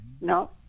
No